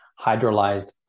hydrolyzed